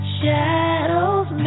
shadows